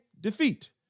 defeat